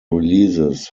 releases